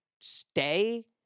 stay